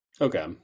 Okay